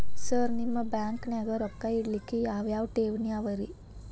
Sir ನಿಮ್ಮ ಬ್ಯಾಂಕನಾಗ ರೊಕ್ಕ ಇಡಲಿಕ್ಕೆ ಯಾವ್ ಯಾವ್ ಠೇವಣಿ ಅವ ರಿ?